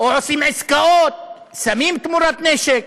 או עושים עסקאות סמים-תמורת-נשק?